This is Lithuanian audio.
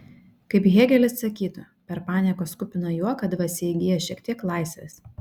kaip hėgelis sakytų per paniekos kupiną juoką dvasia įgyja šiek tiek laisvės